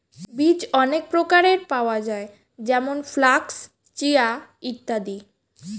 বীজ অনেক প্রকারের পাওয়া যায় যেমন ফ্ল্যাক্স, চিয়া ইত্যাদি